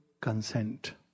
consent